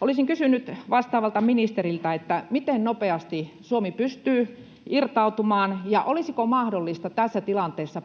Olisin kysynyt vastaavalta ministeriltä: Miten nopeasti Suomi pystyy siitä irtautumaan? Ja olisiko mahdollista tässä tilanteessa,